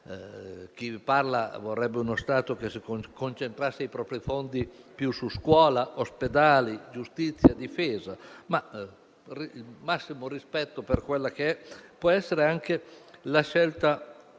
vi parla vorrebbe uno Stato che concentrasse i propri fondi più su scuola, ospedali, giustizia e difesa, ma ho il massimo rispetto per quella che può essere anche una scelta